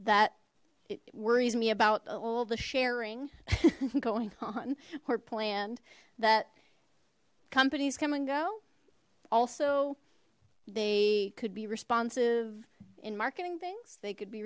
that worries me about all the sharing going on or planned that companies come and go also they could be responsive in marketing things they could be